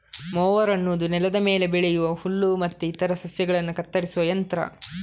mower ಅನ್ನುದು ನೆಲದ ಮೇಲೆ ಬೆಳೆಯುವ ಹುಲ್ಲು ಮತ್ತೆ ಇತರ ಸಸ್ಯಗಳನ್ನ ಕತ್ತರಿಸುವ ಯಂತ್ರ